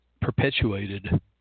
perpetuated